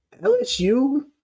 LSU –